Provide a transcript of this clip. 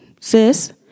sis